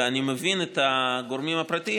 ואני מבין את הגורמים הפרטיים,